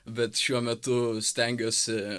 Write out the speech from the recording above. bet šiuo metu stengiuosi